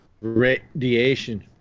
radiation